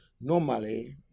normally